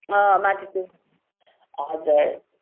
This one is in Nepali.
माथि त्यो हजुर